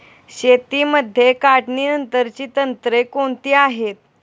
शेतीमध्ये काढणीनंतरची तंत्रे कोणती आहेत?